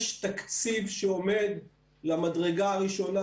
יש תקציב שעומד למדרגה הראשונה,